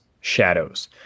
shadows